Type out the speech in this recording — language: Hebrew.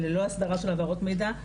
ללא אסדרה של העברות מידע,